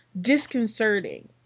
disconcerting